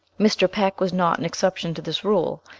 mr. peck was not an exception to this rule.